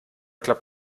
klappt